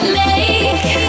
make